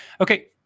Okay